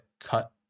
cut